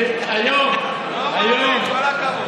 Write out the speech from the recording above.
כל הכבוד,